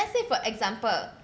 let's say for example